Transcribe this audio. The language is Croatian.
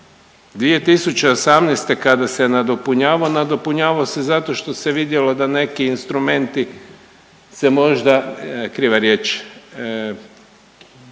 2018. kada se nadopunjavao, nadopunjavao se zato što se vidjelo da neki instrumenti se možda, kriva riječ,